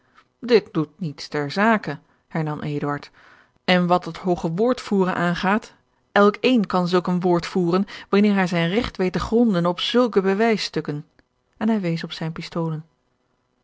dit doet niets ter zake hernam eduard en wat dat hooge woord voeren aangaat elkeen kan zulk een woord voeren wanneer hij zijn regt weet te gronden op zulke bewijsstukken en hij wees op zijne pistolen